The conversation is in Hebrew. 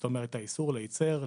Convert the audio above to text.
זאת אומרת האיסור לייצר,